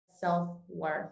self-worth